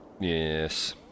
yes